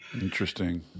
Interesting